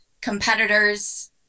competitors